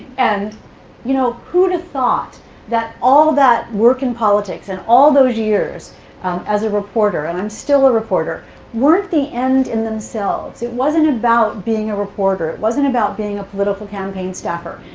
and you know, who'd have thought that all that work in politics and all those years as a reporter and i'm still a reporter weren't the end in themselves? it wasn't about being a reporter. it wasn't about being a political campaign staffer.